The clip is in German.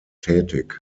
tätig